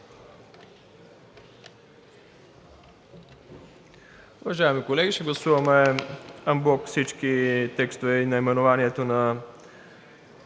Уважаеми колеги, ще гласуваме анблок всички текстове и наименованието на